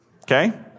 Okay